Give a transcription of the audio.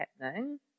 happening